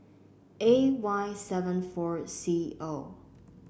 A Y seven four C O